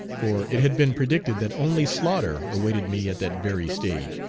for it had been predicted that only slaughter awaited me at that very stage,